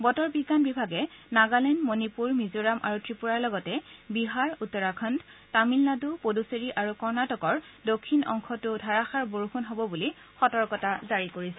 বতৰ বিজ্ঞান বিভাগে নাগালেণ্ড মণিপুৰ মিজোৰাম আৰু ত্ৰিপুৰাৰ লগতে বিহাৰ উত্তৰাখণু তামিলনাডু পুডুচেৰী আৰু কৰ্ণাটকৰ দক্ষিণ অংশতো ধাৰাসাৰ বৰষুণ হ'ব বুলি সতৰ্কতা জাৰি কৰিছে